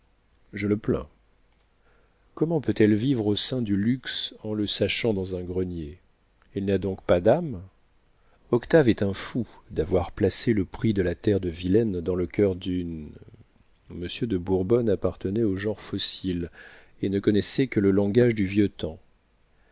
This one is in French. je le plains comment peut-elle vivre au sein du luxe en le sachant dans un grenier elle n'a donc pas d'âme octave est un fou d'avoir placé le prix de la terre de villaines dans le coeur d'une monsieur de bourbonne appartenait au genre fossile et ne connaissait que le langage du vieux temps